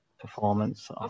performance